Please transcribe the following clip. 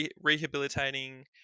rehabilitating